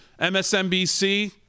msnbc